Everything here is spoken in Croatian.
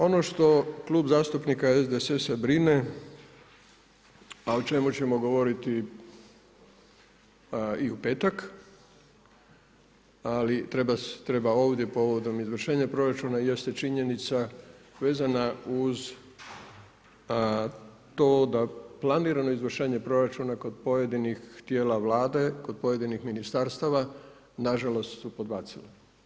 Ono što Klub zastupnika SDSS-a brine a o čemu ćemo govoriti i u petak, ali i treba ovdje povodom izvršenja proračuna jeste činjenica vezana uz to da planirano izvršenje proračuna kod pojedinih tijela Vlade, kod pojedinih ministarstava nažalost su podbacili.